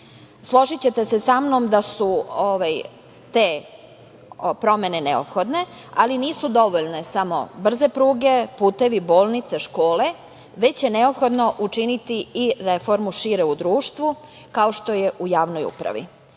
oblasti. Složićete se sa mnom da su te promene neophodne, ali nisu dovoljne samo brze pruge, putevi, bolnice, škole, već je neophodno učiniti reformu šire, u društvu, kao što je u javnoj upravi.